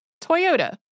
Toyota